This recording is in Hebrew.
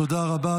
תודה רבה.